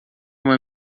uma